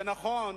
זה נכון.